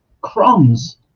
crumbs